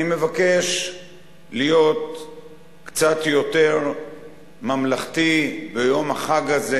אני מבקש להיות קצת יותר ממלכתי ביום החג הזה,